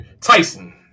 Tyson